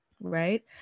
right